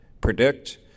predict